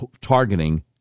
targeting